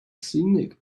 scenic